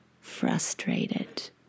frustrated